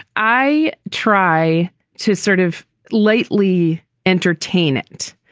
i try to sort of lately entertain it,